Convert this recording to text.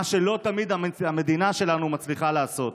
מה שלא תמיד המדינה שלנו מצליחה לעשות.